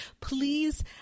please